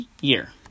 year